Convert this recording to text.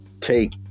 take